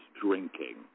drinking